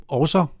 også